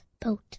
Boat